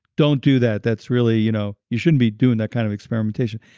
don't do that, that's really. you know you shouldn't be doing that kind of experimentation.